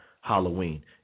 Halloween